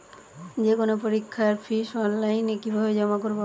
যে কোনো পরীক্ষার ফিস অনলাইনে কিভাবে জমা করব?